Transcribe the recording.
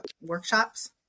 workshops